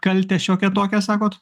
kaltę šiokią tokią sakot